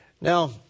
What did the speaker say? Now